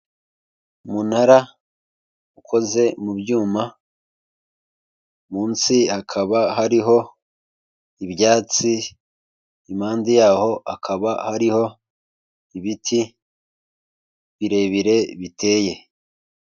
Umunara ukoze mu byuma, munsi hakaba hariho ibyatsi impande yaho akaba hariho ibiti birebire biteye.